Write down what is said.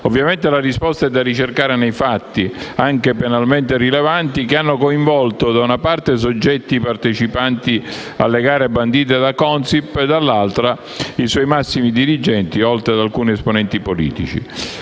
Ovviamente la risposta è da ricercare nei fatti, anche penalmente rilevanti, che hanno coinvolto da una parte soggetti partecipanti alle gare bandite da Consip e dall'altra i suoi massimi dirigenti, oltre ad alcuni esponenti politici.